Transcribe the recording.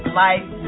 life